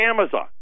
Amazon